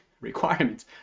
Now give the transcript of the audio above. requirements